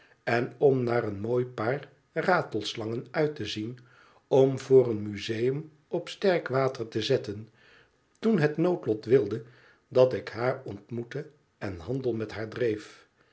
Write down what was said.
n om naar een mooi paar ratelslangen uit te zien om voor een museum op sterkwater te zetten toen het noodlot wilde dat ik haar ont moette en handel met haar dreef